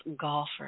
golfer